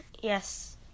Yes